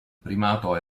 primato